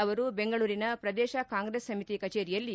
ಅವರು ಬೆಂಗಳೂರಿನ ಪ್ರದೇಶ ಕಾಂಗ್ರೆಸ್ ಸಮಿತಿ ಕಚೇರಿಯಲ್ಲಿ